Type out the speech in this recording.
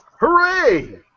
hooray